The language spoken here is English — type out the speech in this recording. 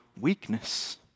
weakness